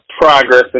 progress